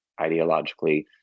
ideologically